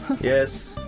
yes